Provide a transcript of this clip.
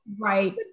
right